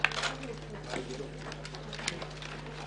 11:00.